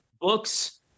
Books